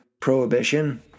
Prohibition